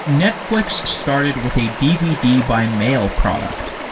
netflix started with a dvd by mail product.